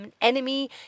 enemy